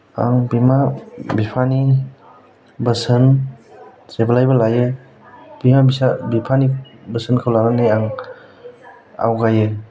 आं बिमा बिफानि बोसोन जेब्लायबो लायो बिमा बिफानि बोसोनखौ लानानै आं आवगायो